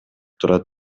турат